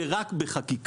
זה רק בחקיקה.